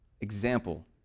example